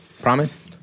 Promise